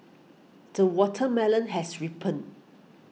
the watermelon has ripened